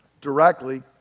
directly